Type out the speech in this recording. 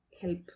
help